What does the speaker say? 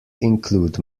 include